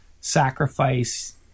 sacrifice